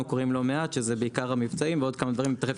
קורים לא מעט שזה בעיקר המבצעים ועוד כמה דברים.